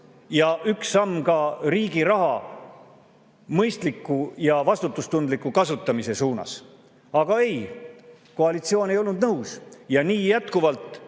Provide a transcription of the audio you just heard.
ja üks samm ka riigi raha mõistliku ja vastutustundliku kasutamise suunas. Aga ei, koalitsioon ei olnud nõus. Ja nii jätkuvalt